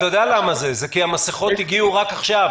אתה יודע למה זה כי המסכות הגיעו רק עכשיו.